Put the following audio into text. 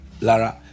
Lara